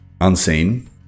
Unseen